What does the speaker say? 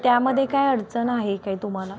त्यामध्ये काय अडचण आहे काय तुम्हाला